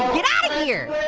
get out of here!